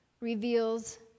reveals